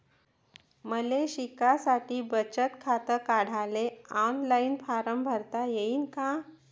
मले शिकासाठी बचत खात काढाले ऑनलाईन फारम भरता येईन का?